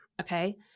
Okay